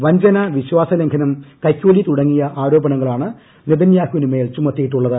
വഞ്ചന വിശ്ചാസ ലംഘനം കൈക്കൂലി തുടങ്ങിയ ആരോപണങ്ങളാണ് നെതന്യാഹുവിന് മേൽ ചുമത്തിയിട്ടുള്ളത്